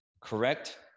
correct